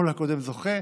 "כל הקודם זוכה".